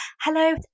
hello